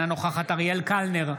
אינה נוכחת אריאל קלנר,